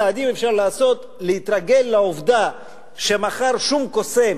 צעדים אפשר לעשות, להתרגל לעובדה שמחר שום קוסם